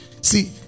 See